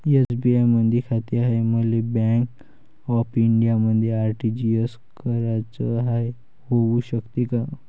SBI मधी खाते हाय, मले बँक ऑफ इंडियामध्ये आर.टी.जी.एस कराच हाय, होऊ शकते का?